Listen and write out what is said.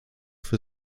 für